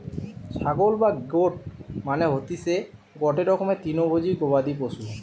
ছাগল বা গোট মানে হতিসে গটে রকমের তৃণভোজী গবাদি পশু